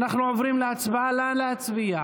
אנחנו עוברים להצבעה, נא להצביע.